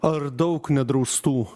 ar daug nedraustų